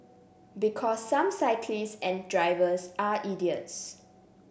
because some cyclists and drivers are idiots